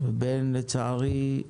ובין כאלה, לצערי,